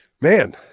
Man